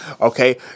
okay